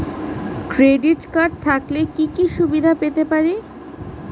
Credit card থাকলে কি কি সুবিধা পেতে পারি?